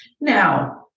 Now